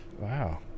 Wow